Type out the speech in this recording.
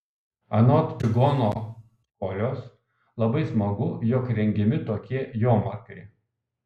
anot čigono kolios labai smagu jog rengiami tokie jomarkai